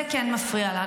זה כן מפריע לנו.